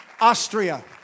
Austria